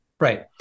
Right